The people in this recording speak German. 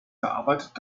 verarbeitet